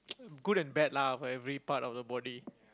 good and bad lah for every part of the body